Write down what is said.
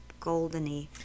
goldeny